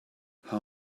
how